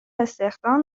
استخدام